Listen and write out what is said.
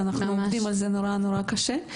ואנחנו עובדים על זה נורא נורא קשה.